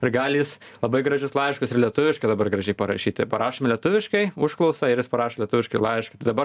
ir gali jis labai gražius laiškus ir lietuviškai dabar gražiai parašyti parašėm lietuviškai užklausą ir jis parašo lietuviškai laišką tai dabar